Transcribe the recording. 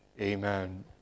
Amen